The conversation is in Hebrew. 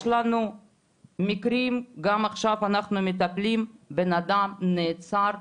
יש לנו מקרים, עכשיו אנחנו מטפלים בבן אדם שנעצר,